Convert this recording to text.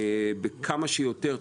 בכמה שיותר תחומים,